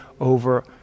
over